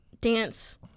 dance